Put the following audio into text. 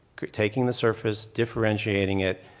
taking the surface, differentiating it,